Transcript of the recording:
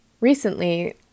Recently